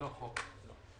ללא החוב.